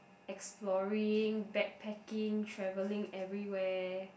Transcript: exploring backpacking travelling everywhere